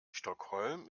stockholm